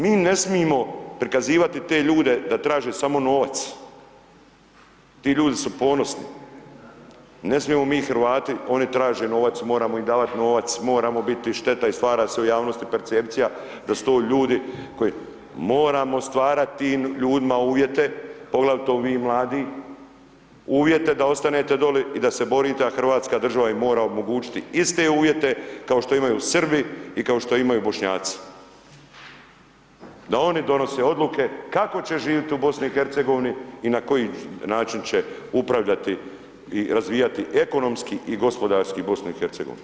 Mi ne smijemo prikazivati te ljude da traže samo novac, ti ljudi su ponosni, ne smijemo mi Hrvati, oni traže novac, moramo im davati novac, moramo biti šteta i stvara se u javnosti percepcija da su to ljudi koji moramo stvarati ljudima uvjetima, poglavito ovi mladi, uvjete da ostanete dole i da se borite, a RH im mora omogućiti iste uvjete kao što imaju Srbi i kao što imaju Bošnjaci, da oni donose odluke kako će živjeti u BiH i na koji način će upravljati i razvijati ekonomski i gospodarski BiH.